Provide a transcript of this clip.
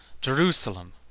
Jerusalem